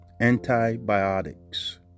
antibiotics